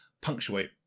punctuate